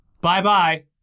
bye-bye